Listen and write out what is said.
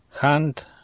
hand